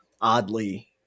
oddly